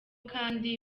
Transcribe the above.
kandi